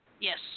Yes